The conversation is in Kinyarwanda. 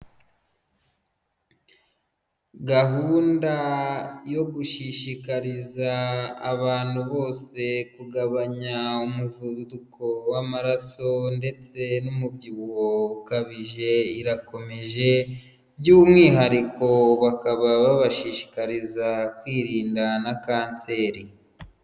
Gahunda yo gushishikariza abantu bose kugabanya umuvuduko w'amaraso ndetse n'umubyibuho ukabije irakomeje, by'umwihariko bakaba babashishikariza kwirinda na kanseri.